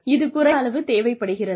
இது குறைந்த அளவு தேவைப்படுகிறது